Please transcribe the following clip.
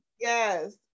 Yes